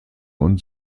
und